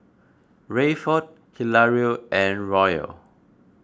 Rayford Hilario and Royal